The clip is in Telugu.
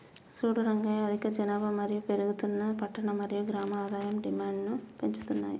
సూడు రంగయ్య అధిక జనాభా మరియు పెరుగుతున్న పట్టణ మరియు గ్రామం ఆదాయం డిమాండ్ను పెంచుతున్నాయి